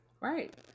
Right